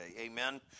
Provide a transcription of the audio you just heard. Amen